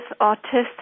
autistic